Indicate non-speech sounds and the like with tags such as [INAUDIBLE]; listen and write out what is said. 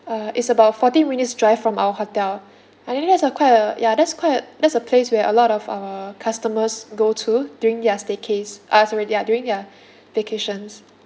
uh it's about fourteen minutes drive from our hotel I quite a ya that's quite a that's a place where a lot of our customers go to during their staycays uh sorry their during their [BREATH] vacations